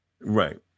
Right